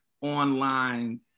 online